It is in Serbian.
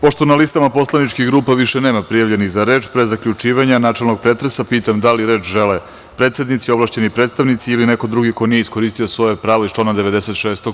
Pošto na listama poslaničkih grupa više nema prijavljenih za reč, pre zaključivanja načelnog pretresa pitam da li reč žele predsednici, ovlašćeni predstavnici ili neko drugi ko nije iskoristio svoje pravo iz člana 96.